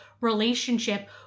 relationship